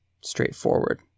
straightforward